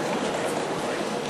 גברתי היושבת-ראש,